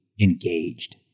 engaged